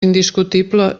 indiscutible